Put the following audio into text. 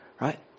right